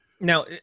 Now